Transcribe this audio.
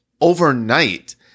overnight